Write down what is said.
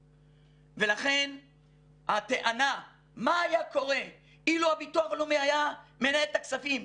לכן הטענה מה היה קורה אילו הביטוח הלאומי היה מנהל את הכספים?